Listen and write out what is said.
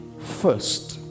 first